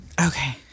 Okay